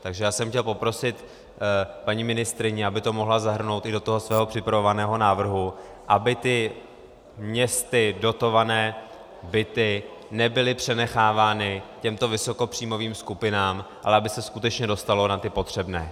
Takže já jsem chtěl poprosit paní ministryni, aby to mohla zahrnout i do svého připravovaného návrhu, aby městy dotované byty nebyly přenechávány těmto vysokopříjmovým skupinám, ale aby se skutečně dostalo na ty potřebné.